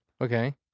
Okay